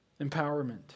empowerment